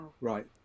Right